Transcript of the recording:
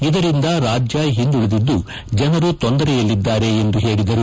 ಇದರಿಂದ ರಾಜ್ಯ ಒಂದುಳಿದಿದ್ದು ಜನರು ತೊಂದರೆಯಲ್ಲಿದ್ದಾರೆ ಎಂದು ಹೇಳಿದರು